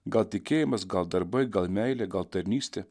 gal tikėjimas gal darbai gal meilė gal tarnystė